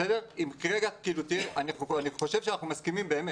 אני אתן לך דוגמא.